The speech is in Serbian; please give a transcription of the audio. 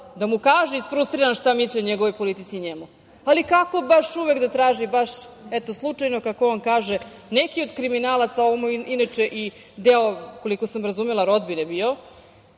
da mu kaže isfrustriran šta misli o njegovoj politici i njemu, ali kako baš uvek da traži baš eto, slučajno kako on kaže, neke od kriminalaca. Ovo mu je inače i deo, koliko sam razumela rodbine bio.